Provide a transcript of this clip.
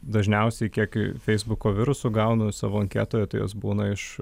dažniausiai kiek feisbuko virusų gaunu savo anketoje tai jos būna iš